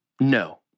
No